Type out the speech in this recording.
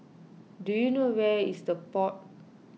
do you know where is the Pod